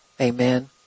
Amen